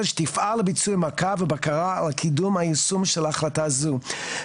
שתפעל לביצוע מעקב ובקרה על קידום היישום של החלטה זו.